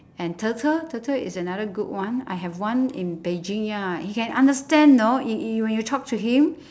and turtle turtle is another good one I have one in beijing ya he can understand know when you you talk to him